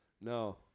No